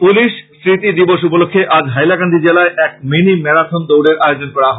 police স্মৃতি দিবস উপলক্ষে আজ হাইলাকান্দি জেলায় এক মিনি মেরাথন দৌড়ের আয়োজন করা হয়